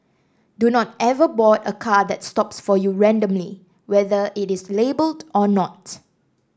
do not ever board a car that stops for you randomly whether it is labelled or not